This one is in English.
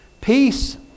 Peace